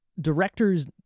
directors